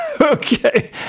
Okay